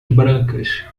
brancas